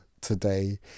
today